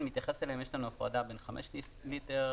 מתייחס אליהן יש לנו הפרדה בין מכלים של חמישה קילו,